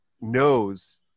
knows